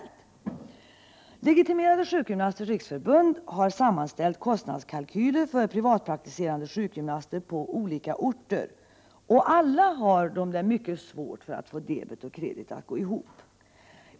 Legitimerade sjukgymnasters riksförbund har sammanställt kostnadskalkyler för privatpraktiserande sjukgymnaster på olika orter, och de visar att alla har det mycket svårt att få debet och kredit att gå ihop.